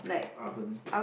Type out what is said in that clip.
oven